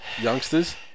youngsters